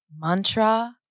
mantra